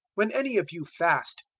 when any of you fast,